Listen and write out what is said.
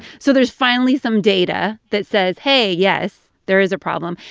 so there's finally some data that says, hey, yes, there is a problem.